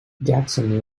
jackson